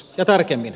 ja tarkemmin